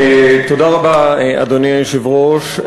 תודה רבה, אדוני היושב-ראש.